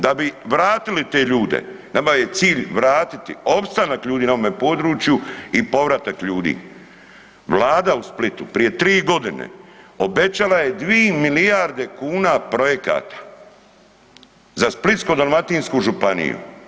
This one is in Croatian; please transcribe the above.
Da bi vratili te ljude, nama je cilj vratiti, opstanak ljudi na ovome području i povratak ljudi, vlada u Splitu prije 3.g. obećala je dvi milijarde kuna projekata za Splitsko-dalmatinsku županiju.